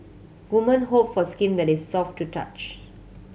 woman hope for skin that is soft to touch